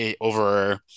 over –